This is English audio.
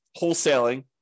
wholesaling